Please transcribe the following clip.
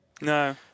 No